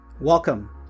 Welcome